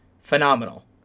phenomenal